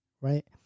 right